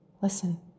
Listen